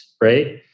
right